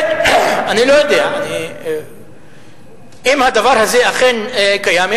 אם הדבר הזה אכן קיים,